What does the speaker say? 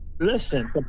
Listen